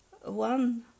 one